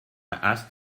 asked